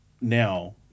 now